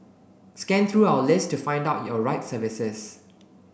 scan through our list to find out your right services